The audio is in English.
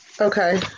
Okay